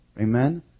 Amen